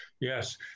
yes